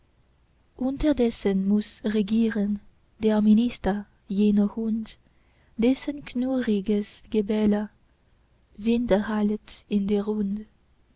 unterdessen muß regieren der minister jener hund dessen knurriges gebelle widerhallet in der rund